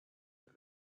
that